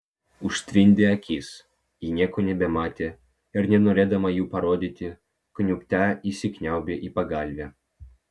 užtvindė akis ji nieko nebematė ir nenorėdama jų parodyti kniubte įsikniaubė į pagalvę